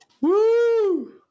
Woo